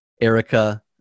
Erica